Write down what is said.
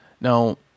Now